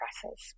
presses